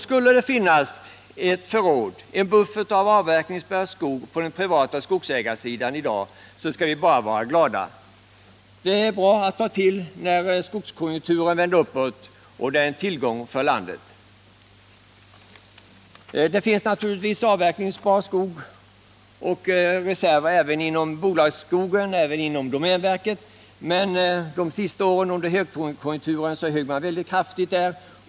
Skulle det finnas ett förråd av avverkningsbar skog hos privata skogsägare i dag, så skall vi bara vara glada. Det är bra att ta till när skogskonjunkturen vänder uppåt, och det är en tillgång för landet. Det finns naturligtvis avverkningsbar skog och reserver även i bolagens och domänverkets ägo, men under högkonjunkturens sista år högg man väldigt kraftigt där.